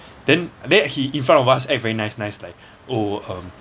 then I mean he in front of us act very nice nice like oh um